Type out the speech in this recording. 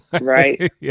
Right